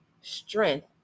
strength